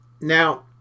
Now